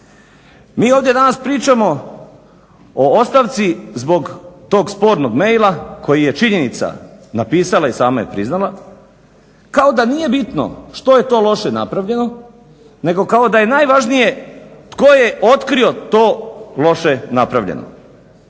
Mi ovdje danas pričamo o ostavci zbog tog spornog e-maila koji je činjenica napisala i sama napisala kao da nije bitno što je to loše napravljeno, nego kao da je najvažnije tko je otkrio to loše napravljeno.